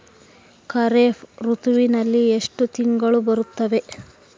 ಖಾರೇಫ್ ಋತುವಿನಲ್ಲಿ ಎಷ್ಟು ತಿಂಗಳು ಬರುತ್ತವೆ?